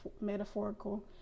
metaphorical